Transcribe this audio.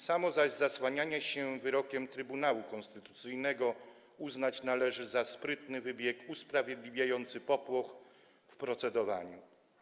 Samo zaś zasłanianie się wyrokiem Trybunału Konstytucyjnego uznać należy za sprytny wybieg usprawiedliwiający popłoch w procedowaniu.